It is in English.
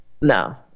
No